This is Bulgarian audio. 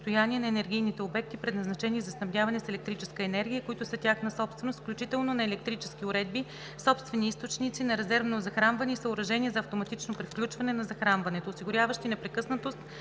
състояние на енергийните обекти, предназначени за снабдяване с електрическа енергия, които са тяхна собственост, включително на електрически уредби, собствени източници на резервно захранване и съоръжения за автоматично превключване на захранването, осигуряващи непрекъснатост